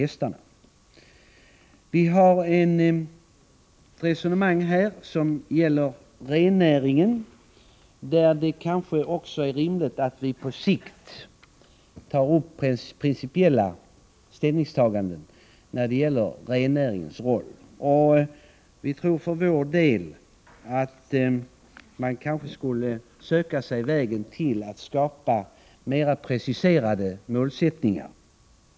Vi för vidare ett resonemang om rennäringen, och det är kanske rimligt att på sikt ta upp principiella ställningstaganden om dess roll. Vi tror att man måhända skall försöka skapa mer preciserade målsättningar.